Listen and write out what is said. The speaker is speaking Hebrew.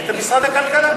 את משרד הכלכלה?